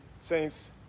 Saints